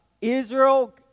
Israel